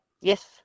Yes